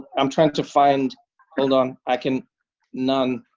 i'm trying to find hold on. i can none.